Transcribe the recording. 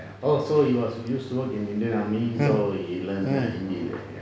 oh so he was used to work in indian army so he learn hindi there